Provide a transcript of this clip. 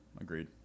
agreed